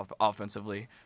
offensively